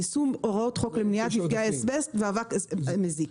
יישום הוראות חוק למניעת מפגעי אסבסט ואבק מזיק.